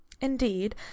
Indeed